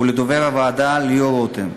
ולדובר הוועדה ליאור רותם.